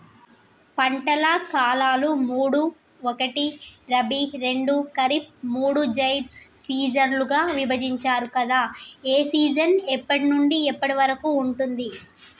పంటల కాలాలు మూడు ఒకటి రబీ రెండు ఖరీఫ్ మూడు జైద్ సీజన్లుగా విభజించారు కదా ఏ సీజన్ ఎప్పటి నుండి ఎప్పటి వరకు ఉంటుంది?